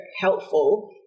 helpful